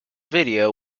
video